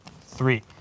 three